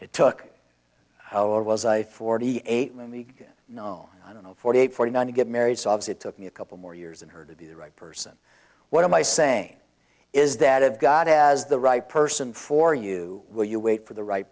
it took forty eight when the you know i don't know forty eight forty nine to get married sobs it took me a couple more years and her to be the right person what am i saying is that of god has the right person for you will you wait for the right